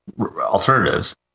alternatives